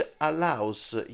allows